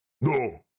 No